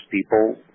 people